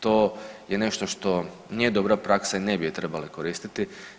To je nešto što nije dobra praksa i ne bi je trebali koristiti.